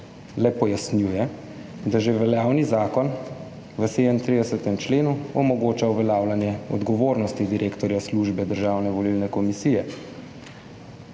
le pojasnjuje, da že veljavni zakon v 37. členu omogoča uveljavljanje odgovornosti direktorja službe Državne volilne komisije.